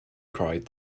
cried